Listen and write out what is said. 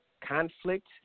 conflict